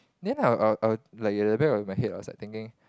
then I will I will I will like at the back of my head was like thinking